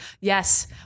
Yes